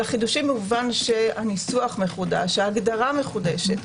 אלא במובן שהניסוח וההגדרה מחודשים.